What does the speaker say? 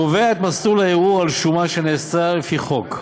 קובע את מסלול הערעור על שומה שנעשתה לפי חוק.